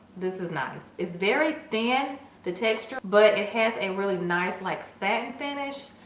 this is nice it's very thin the texture but it has a really nice like satin finish.